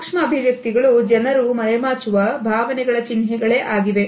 ಸೂಕ್ಷ್ಮ ಅಭಿವ್ಯಕ್ತಿಗಳು ಜನರು ಮರೆಮಾಚುವ ಭಾವನೆಗಳ ಚಿಹ್ನೆಗಳೇ ಆಗಿವೆ